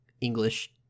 english